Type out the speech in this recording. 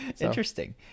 Interesting